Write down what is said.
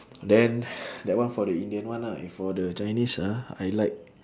then that one for the indian one lah if for the chinese ah I like